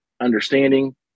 understanding